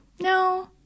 no